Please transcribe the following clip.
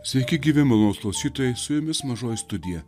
sveiki gyvi malonūs klausytojai su jumis mažoji studija